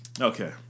okay